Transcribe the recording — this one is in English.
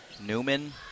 Newman